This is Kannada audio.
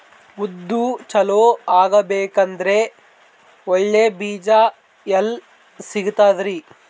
ಉದ್ದು ಚಲೋ ಆಗಬೇಕಂದ್ರೆ ಒಳ್ಳೆ ಬೀಜ ಎಲ್ ಸಿಗತದರೀ?